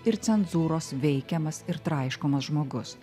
ir cenzūros veikiamas ir traiškomas žmogus